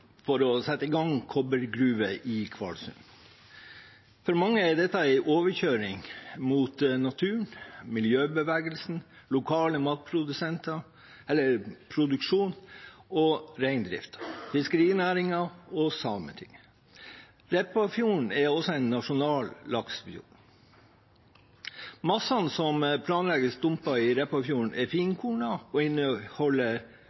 for å sette i gang kobbergruve i Kvalsund. For mange er dette en overkjøring av naturen, miljøbevegelsen, lokal matproduksjon, reindriften, fiskerinæringen og Sametinget. Repparfjorden er også en nasjonal laksefjord. Massene som planlegges dumpet i Repparfjorden, er